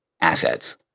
assets